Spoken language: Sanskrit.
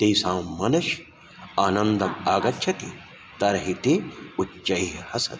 तेषां मनसि आनन्दः आगच्छति तर्हि ते उच्चैः हसन्ति